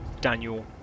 Daniel